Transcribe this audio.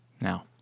Now